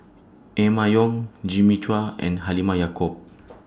Emma Yong Jimmy Chua and Halimah Yacob